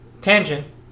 Tangent